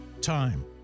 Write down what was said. Time